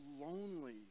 lonely